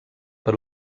per